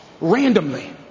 randomly